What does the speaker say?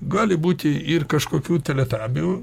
gali būti ir kažkokių teletabių